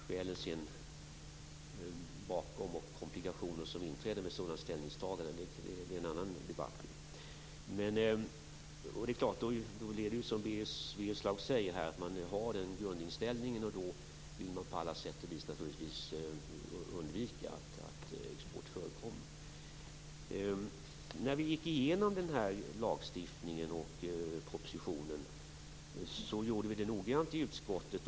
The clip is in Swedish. Skälen bakom och komplikationer som inträder med ett sådant ställningstagande är en annan fråga. Den grundinställningen leder till att man på alla sätt vill undvika att export förekommer. Vi gick igenom propositionen noggrant i utskottet.